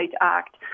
Act